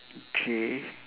okay